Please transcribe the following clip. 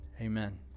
amen